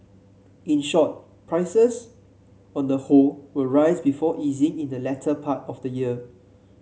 in short prices on the whole will rise before easing in the latter part of the year